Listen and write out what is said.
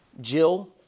Jill